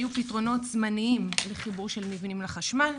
היו פתרונות זמניים לחיבור של מבנים לחשמל,